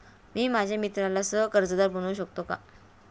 मी माझ्या मित्राला सह कर्जदार बनवू शकतो का?